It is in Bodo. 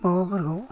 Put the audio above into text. माबाफोरखौ